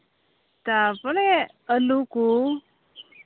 ᱛᱟᱨᱯᱚᱨᱮ ᱟᱹᱞᱩ ᱠᱚ